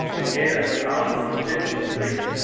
then yeah, i was going to fix a thief.